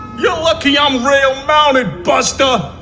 you're lucky i'm rail-mounted, buster!